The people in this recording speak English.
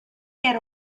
get